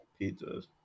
pizzas